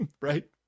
right